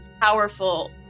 powerful